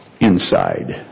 inside